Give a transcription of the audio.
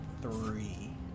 three